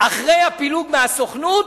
אחרי הפילוג מהסוכנות,